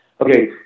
okay